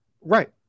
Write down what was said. Right